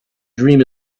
dream